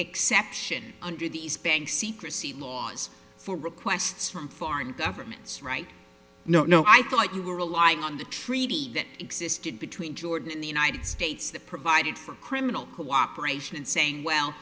exception under these bank secrecy laws for requests from foreign governments right no no i thought you were lying on the treaty that existed between jordan and the united states that provided for criminal cooperation and saying well